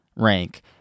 Rank